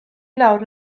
lawr